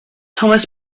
thomas